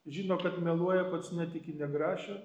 žino kad meluoja pats netiki nė grašio